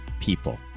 people